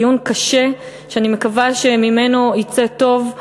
דיון קשה, שאני מקווה שממנו יֵצא טוב.